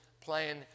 playing